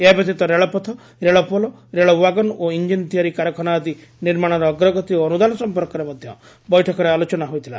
ଏହାବ୍ୟତୀତ ରେଳପଥ ରେଳପୋଲ୍ ରେଳ ୱାଗନ୍ ଓ ଇଞ୍ଞିନ୍ ତିଆରି କାରଖାନା ଆଦି ନିର୍ମାଣର ଅଗ୍ରଗତି ଓ ଅନୁଦାନ ସମ୍ମର୍କରେ ମଧ୍ଧ ବୈଠକରେ ଆଲୋଚନା ହୋଇଥିଲା